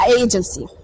agency